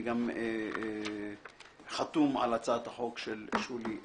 אני גם חתום על הצעת החוק של שולי מועלם.